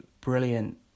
brilliant